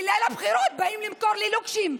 מליל הבחירות באים למכור לי לוקשים: